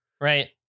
right